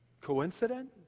Coincident